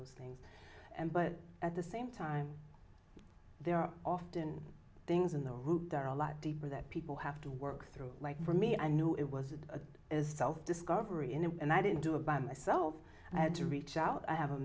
those things and but at the same time there are often things in the route there are a lot deeper that people have to work through like for me i knew it was that is self discovery in and i didn't do it by myself i had to reach out i have a